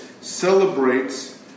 celebrates